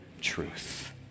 truth